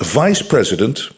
vice-president